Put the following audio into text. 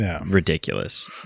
ridiculous